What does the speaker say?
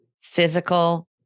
physical